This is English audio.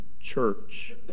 Church